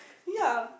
yeah